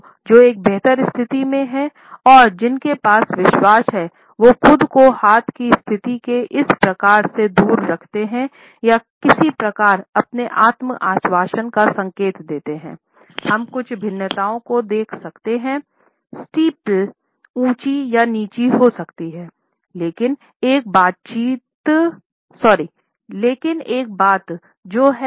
लोग जो एक बेहतर स्थिति में हैं और जिनके पास विश्वास है वो खुद को हाथ की स्थिति के इस प्रकार से दूर रखते हैं या किसी प्रकार अपने आत्म आश्वासन का संकेत देते हैं